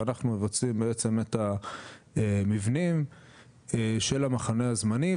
ואנחנו מבצעים בעצם את המבנים של המחנה הזמני,